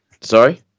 Sorry